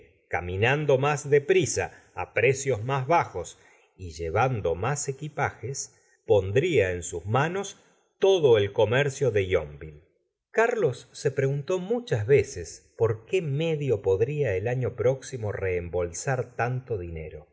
caminando mis de prisa á precios más bajos y llevando má l equipajes pondría en sus manos todo el comercio de yon v ille carlos se preguntó muchas veces por qué medio podría el año próximo r eembolsar tanto dinero